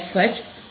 H 1